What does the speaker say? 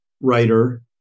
writer